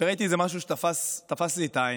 ראיתי משהו שתפס לי את העין,